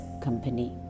company